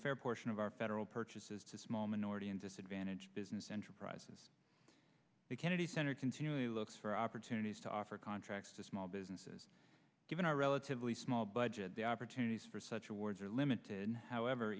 fair portion of our federal purchases to small minority and disadvantaged business enterprises the kennedy center continually looks for opportunities to offer contracts to small businesses given our relatively small budget the opportunities for such awards are limited however